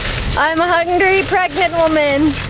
i'm ah hungry pregnant woman!